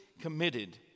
committed